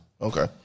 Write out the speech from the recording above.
Okay